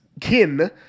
kin